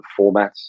formats